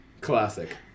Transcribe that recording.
classic